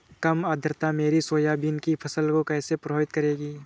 कम आर्द्रता मेरी सोयाबीन की फसल को कैसे प्रभावित करेगी?